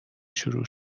شروع